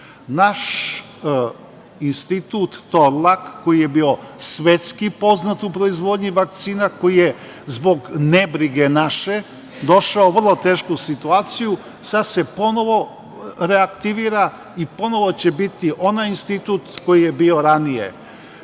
Naš Institut „Torlak“ koji je bio svetski poznat u proizvodnji vakcina, koji je zbog nebrige naše došao u vrlo tešku situaciju, sada se ponovo reaktivira i ponovo će biti onaj institut koje je bio ranije. Država